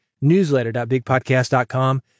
Newsletter.bigpodcast.com